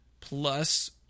plus